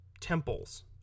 temples